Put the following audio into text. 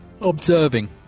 Observing